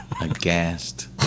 aghast